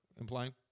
implying